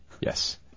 Yes